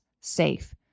safe